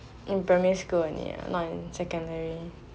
in primary school only lah not in secondary